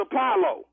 Apollo